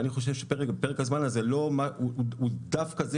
ואני חושב שפרק הזמן הזה הוא דווקא זה